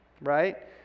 right